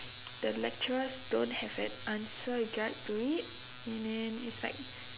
the lecturers don't have an answer guide to it and then it's like